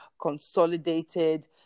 consolidated